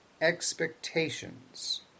expectations